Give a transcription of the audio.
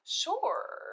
sure